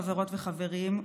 חברות וחברים,